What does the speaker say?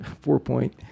four-point